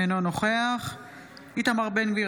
אינו נוכח איתמר בן גביר,